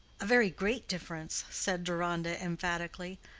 a very great difference, said deronda, emphatically.